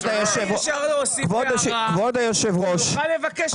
אפשר להוסיף הערה שהוא יוכל לבקש.